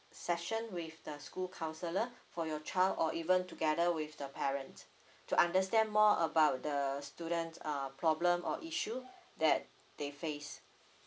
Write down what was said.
session with the school counselor for your child or even together with the parents to understand more about the students uh problem or issue that they face